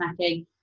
snacking